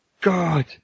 God